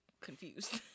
confused